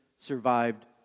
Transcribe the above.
survived